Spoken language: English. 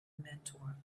mentor